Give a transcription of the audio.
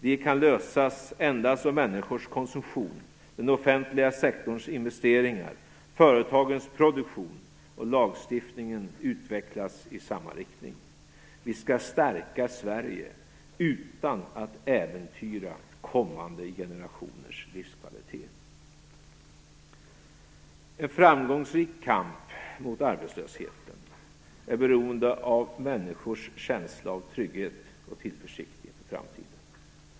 De kan lösas endast om människors konsumtion, den offentliga sektorns investeringar, företagens produktion och lagstiftningen utvecklas i samma riktning. Vi skall stärka Sverige utan att äventyra kommande generationers livskvalitet. En framgångsrik kamp mot arbetslösheten är beroende av människors känsla av trygghet och tillförsikt inför framtiden.